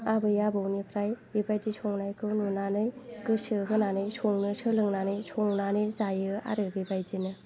आबै आबौनिफ्राय बेबायदि संनायखौ नुनानै गोसो होनानै संनो सोलोंनानै संनानै जायो आरो बेबायदिनो